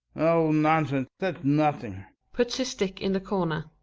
oh, nonsense, that's nothing! puts his stick in the corner.